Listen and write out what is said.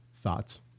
thoughts